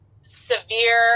severe